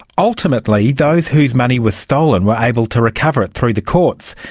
ultimately those whose money was stolen were able to recover it through the courts,